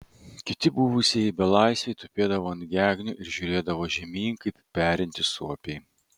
kiti buvusieji belaisviai tupėdavo ant gegnių ir žiūrėdavo žemyn kaip perintys suopiai